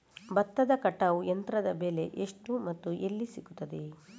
ಭತ್ತದ ಕಟಾವು ಯಂತ್ರದ ಬೆಲೆ ಎಷ್ಟು ಮತ್ತು ಎಲ್ಲಿ ಸಿಗುತ್ತದೆ?